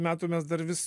metų mes dar vis